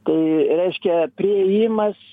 tai reiškia priėjimas